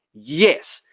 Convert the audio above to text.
yes,